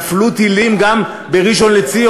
נפלו טילים גם בראשון-לציון.